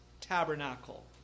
tabernacle